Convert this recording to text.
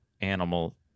animal